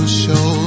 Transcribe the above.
show